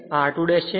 આ r2 છે